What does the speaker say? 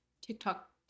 TikTok